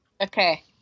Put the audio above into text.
Okay